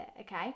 okay